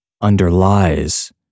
underlies